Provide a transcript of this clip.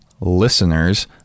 listeners